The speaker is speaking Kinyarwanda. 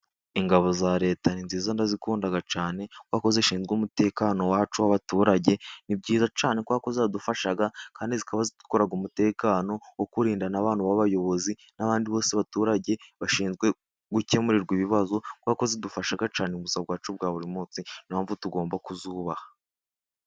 Ingabo za Leta ni nziza ndazikunda cyane kuberako zishinzwe umutekano wacu w'abaturage . Ni byiza cyane kuberako zidufasha kandi zikaba zikora umutekano wo kurinda abantu b'abayobozi, n'abandi bose abaturage bashinzwe gukemurirwa ibibazo kuberako zidufasha cyane mu buzima bwacu bwa buri munsi, ni yo mpamvu tugomba kuzubaha.